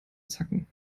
zacken